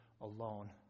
alone